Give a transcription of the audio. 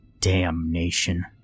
Damnation